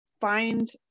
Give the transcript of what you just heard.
find